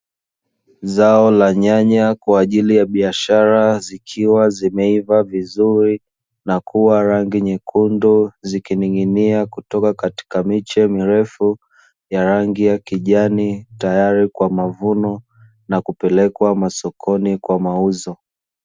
Zao la nyanya kwa ajili ya biashara zikiwa zimeiva vizuri, na kuwa rangi nyekundu zikining'inia kutoka katika miche mirefu ya rangi ya kijani. Tayari kwa mavuno na kupelekwa masokoni kwa mauzo.